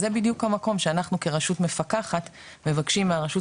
זה בדיוק המקום שאנחנו כרשות מפקחת מבקשים מהרשות